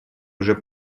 уже